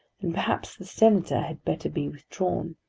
and perhaps the senator had better be withdrawn.